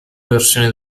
versioni